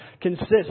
consists